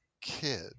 kid